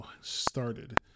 started